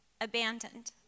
abandoned